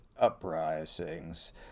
uprisings